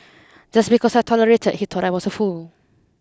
just because I tolerated he thought I was a fool